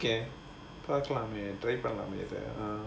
okay பார்க்கலாம் அது:paarkalaam adhu